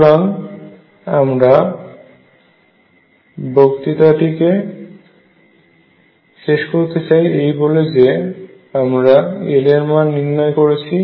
সুতরাং আমরা বক্তৃতাটি কে শেষ করতে চাই এই বলে যে আমরা L এর মান নির্ণয় করেছি